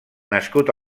nascut